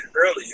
earlier